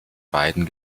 beiden